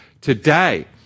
Today